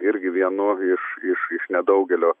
irgi vienu iš iš iš nedaugelio